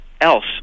else